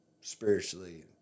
spiritually